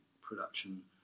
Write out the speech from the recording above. production